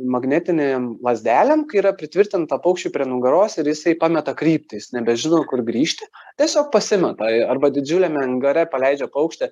magnetinėm lazdelėm kai yra pritvirtinta paukščiui prie nugaros ir jisai pameta kryptį jis nebežino kur grįžti tiesiog pasimeta arba didžiuliame angare paleidžia paukštį